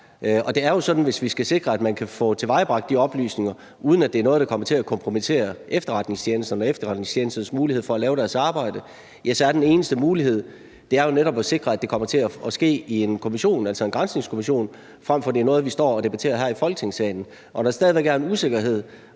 Og det er jo sådan, at hvis man skal sikre, at man kan få tilvejebragt de oplysninger, uden at det er noget, der kommer til at kompromittere efterretningstjenesterne og efterretningstjenesternes mulighed for at lave deres arbejde, så er den eneste mulighed jo netop at sikre, at det kommer til at ske i en kommission, altså en granskningskommission, frem for at det er noget, vi står og debatterer her i Folketingssalen, og frem for at der stadig væk er en usikkerhed.